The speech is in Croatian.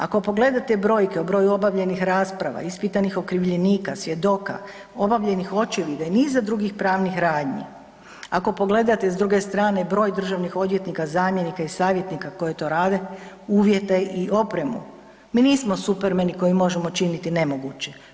Ako pogledate brojke, o broju obavljenih rasprava, ispitanih okrivljenika, svjedoka, obavljenih očevida i niza drugih pravnih radnji, ako pogledate, s druge strane, broj državnih odvjetnika, zamjenika i savjetnika koji to rade, uvjete i opremu, mi nismo supermeni koji možemo činiti nemoguće.